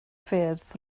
ffyrdd